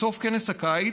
בסוף כנס הקיץ,